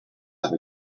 have